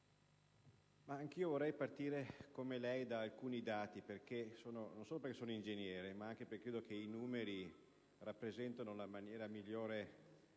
anch'io vorrei partire da alcuni dati, non solo perché sono ingegnere, ma anche perché credo che i numeri rappresentino la maniera migliore